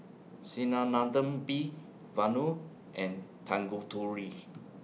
Sinnathamby Vanu and Tanguturi